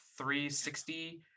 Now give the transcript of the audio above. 360